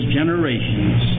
generations